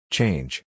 Change